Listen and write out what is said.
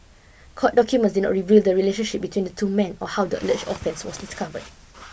court documents did not reveal the relationship between the two men or how the alleged offence was discovered